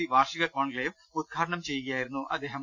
C വാർഷിക conclave ഉദ്ഘാടനം ചെയ്യു കയായിരുന്നു അദ്ദേഹം